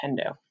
Nintendo